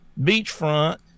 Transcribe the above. beachfront